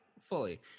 Fully